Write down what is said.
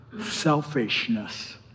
selfishness